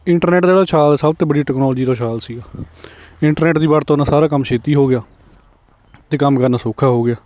internet ਜਿਹੜਾ ਉਛਾਲ ਸਭ ਤੋਂ ਬੜੀ ਟਰਨੋਲਜੀ ਦਾ ਉਛਾਲ ਸੀਗਾ ਇੰਟਰਨੈਟ ਦੀ ਵਰਤੋਂ ਨਾਲ ਸਾਰਾ ਕੰਮ ਛੇਤੀ ਹੋ ਗਿਆ ਅਤੇ ਕੰਮ ਕਰਨਾ ਸੌਖਾ ਹੋ ਗਿਆ